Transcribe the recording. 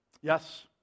Yes